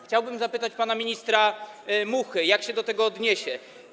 Chciałbym zapytać pana ministra Muchę, jak się do tego odniesie.